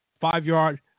Five-yard